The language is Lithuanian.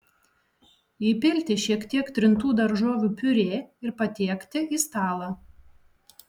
įpilti šiek tiek trintų daržovių piurė ir patiekti į stalą